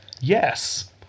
Yes